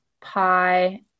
Pi